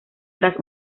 tras